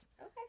Okay